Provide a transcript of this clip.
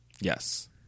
Yes